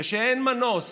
ואין מנוס